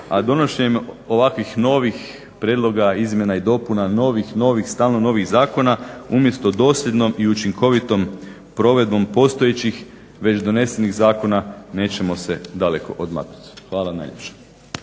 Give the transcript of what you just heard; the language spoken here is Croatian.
a donošenjem ovakvih novih prijedloga izmjena i dopuna, novih, novih, stalno novih zakona umjesto dosljednom i učinkovitom provedbom postojećih već donesenih zakona nećemo se daleko odmaknuti. Hvala vam najljepša.